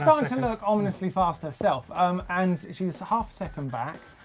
um to and look ominously fast herself um and she's a half second back.